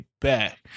back